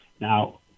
Now